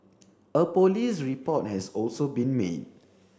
a police report has also been made